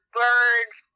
birds